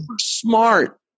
smart